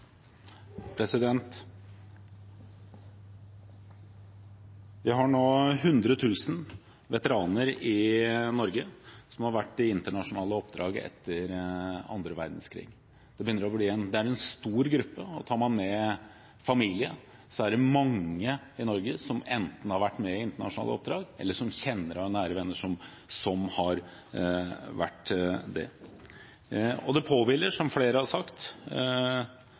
Vi har nå 100 000 veteraner i Norge som har vært i internasjonale oppdrag etter andre verdenskrig. Det er en stor gruppe, og tar man med familie, er det mange i Norge som enten har vært med i internasjonale oppdrag, eller som kjenner eller er nære venner av noen av disse. Det påhviler, som flere har sagt,